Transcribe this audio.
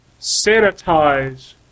sanitize